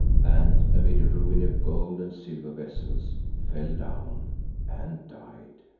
and amid a ruin of gold and silver vessels, fell down and died.